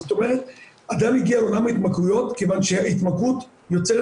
זאת אומרת אדם מגיע לעולם ההתמכרויות כיוון שההתמכרות יוצרת